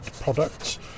products